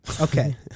Okay